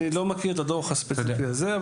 אני לא מכיר את הדוח הספציפי הזה,